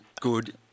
good